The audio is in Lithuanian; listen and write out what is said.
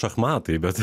šachmatai bet